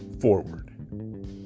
Forward